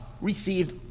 received